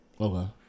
Okay